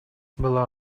была